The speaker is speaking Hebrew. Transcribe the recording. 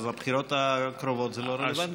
אז בבחירות הקרובות זה לא רלוונטי.